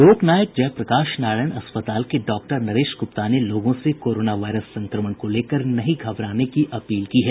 लोकनायक जयप्रकाश नारायण अस्पताल के डॉ नरेश गूप्ता ने लोगों से कोरोना वायरस संक्रमण को लेकर नहीं घबराने की अपील की है